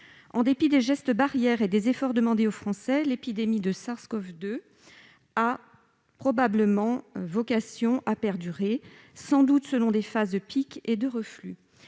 en dépit des gestes barrières et des efforts demandés aux Français, l'épidémie de SARS-CoV-2 a probablement vocation à perdurer, avec une succession de phases de pic et de reflux.